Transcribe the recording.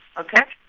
ok?